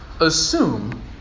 assume